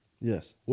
Yes